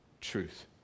truth